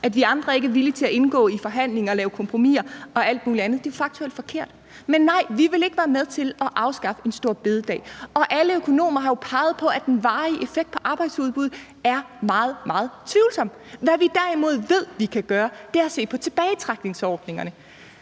at vi andre ikke er villige til at indgå i forhandlinger og lave kompromiser og alt muligt andet. Det er faktuelt forkert. Men nej, vi vil ikke være med til at afskaffe en store bededag. Og alle økonomer har jo peget på, at den varige effekt på arbejdsudbuddet er meget, meget tvivlsom. Hvad vi derimod ved vi kan gøre, er at se på tilbagetrækningsordningerne.